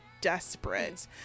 desperate